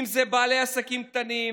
אם זה בעלי עסקים קטנים,